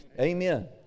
Amen